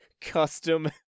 custom